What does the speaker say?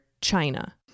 China